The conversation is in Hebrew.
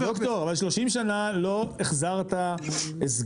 ד"ר אבל 30 שנה לא החזרת הסגר,